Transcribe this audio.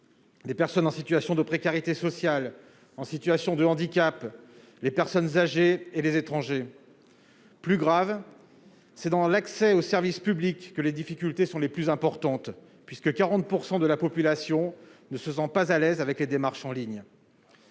les personnes en situation de précarité sociale, en situation de handicap, les personnes âgées et les étrangers, plus grave, c'est dans l'accès aux services publics que les difficultés sont les plus importantes, puisque 40 % de la population ne se sont pas à l'aise avec les démarches en ligne.